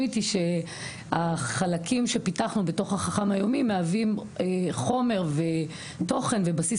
איתי שהחלקים שפיתחנו בתוך החכם היומי מהווים חומר ותוכן ובסיס